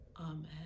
Amen